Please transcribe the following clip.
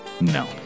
no